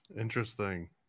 Interesting